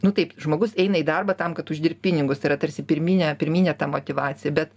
nu taip žmogus eina į darbą tam kad uždirbt pinigus tai yra tarsi pirminė pirminė ta motyvacija bet